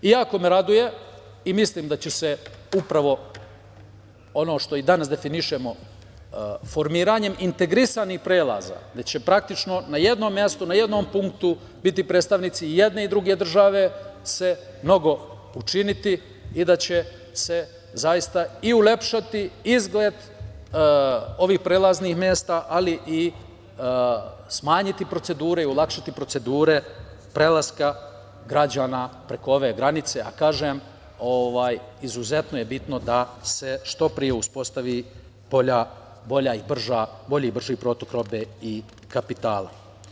Jako me raduje i mislim da će se upravo ono što i danas definišemo, formiranjem integrisanih prelaza, gde će praktično na jednom mestu, na jednom punktu biti predstavnici i jedne i druge države se mnogo učiniti i da će se zaista i ulepšati izgled ovih prelaznih mesta, ali i smanjiti procedure i olakšati procedure prelaska građana preko ove granice, a kažem izuzetno je bitno da se što pre uspostavi bolji i brži protok robe i kapitala.